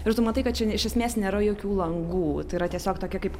ir tu matai kad čia ne iš esmės nėra jokių langų tai yra tiesiog tokia kaip